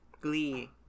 glee